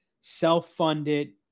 self-funded